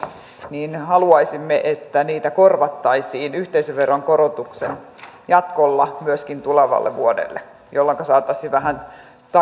niin haluaisimme että niitä korvattaisiin yhteisöveron korotuksen jatkolla myöskin tulevalle vuodelle jolloinka saataisiin vähän